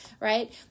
right